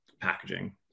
packaging